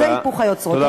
זה היפוך היוצרות.